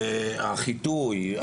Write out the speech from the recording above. והחיטוי,